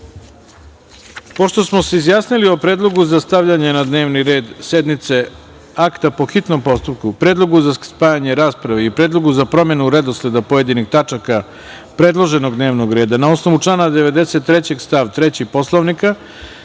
smo se izjasnili o predlogu za stavljanje na dnevni red sednice akta po hitnom postupku, predlogu za spajanje rasprave i predlogu za promenu redosleda pojedinih tačaka predloženog dnevnog reda, na osnovu člana 93. stav 3. Poslovnika,